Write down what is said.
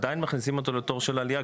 עדיין מכניסים אותו לתור של העלייה,